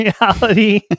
reality